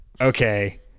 okay